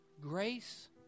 Grace